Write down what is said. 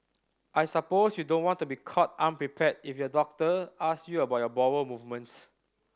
I suppose you don't want to be caught unprepared if your doctor ask your about bowel movements